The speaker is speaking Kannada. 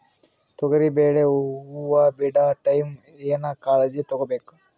ತೊಗರಿಬೇಳೆ ಹೊವ ಬಿಡ ಟೈಮ್ ಏನ ಕಾಳಜಿ ತಗೋಬೇಕು?